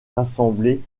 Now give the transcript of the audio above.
rassembler